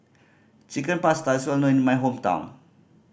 Chicken Pasta is well known in my hometown